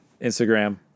Instagram